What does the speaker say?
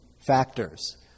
factors